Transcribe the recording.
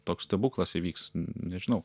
toks stebuklas įvyks nežinau